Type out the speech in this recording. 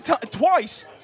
twice